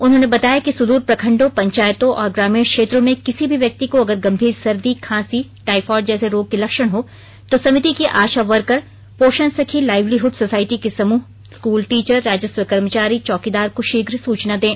उन्होंने बताया कि सुदूर प्रखंडों पंचायतों और ग्रामीण क्षेत्रों में किसी भी व्यक्ति को अगर गंभीर सर्दी खांसी टाइफाइड जैसे रोग के लक्षण हों तो समिति की आशा वर्कर पोषण सखी लाइवलीहड सोसायटी के समूह स्कूल टीचर राजस्व कर्मचारी चौकीदार को शीघ्र सूचना दें